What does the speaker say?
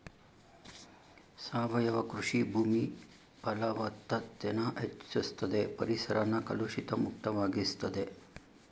ಸಾವಯವ ಕೃಷಿ ಭೂಮಿ ಫಲವತ್ತತೆನ ಹೆಚ್ಚುಸ್ತದೆ ಪರಿಸರನ ಕಲುಷಿತ ಮುಕ್ತ ವಾಗಿಸ್ತದೆ